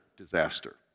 disaster